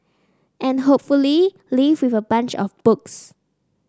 and hopefully leave with a bunch of books